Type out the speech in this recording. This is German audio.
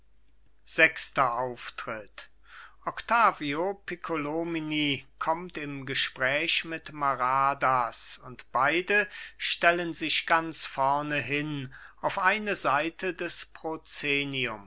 sechster auftritt octavio piccolomini kommt im gespräch mit maradas und beide stellen sich ganz vorne hin auf eine seite des